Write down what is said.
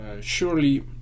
surely